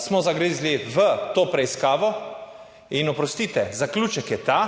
Smo zagrizli v to preiskavo in oprostite, zaključek je ta,